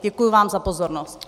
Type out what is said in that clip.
Děkuji vám za pozornost.